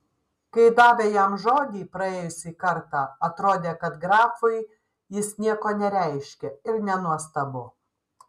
kai davė jam žodį praėjusį kartą atrodė kad grafui jis nieko nereiškia ir nenuostabu